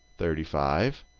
thirty five,